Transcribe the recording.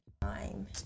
time